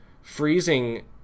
freezing